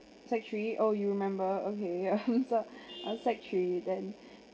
sec~ three oh you remember okay ya who's dog I was sec~ three then